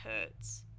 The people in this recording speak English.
hurts